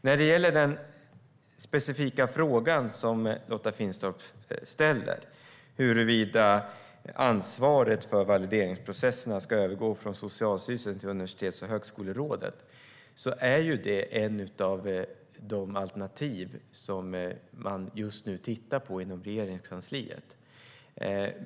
När det gäller den specifika fråga som Lotta Finstorp ställer, huruvida ansvaret för valideringsprocesserna ska övergå från Socialstyrelsen till Universitets och högskolerådet, är det ett av de alternativ som vi tittar på i Regeringskansliet.